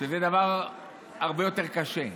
שזה דבר הרבה יותר קשה.